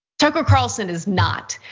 tucker carlson is not.